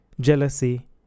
jealousy